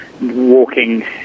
Walking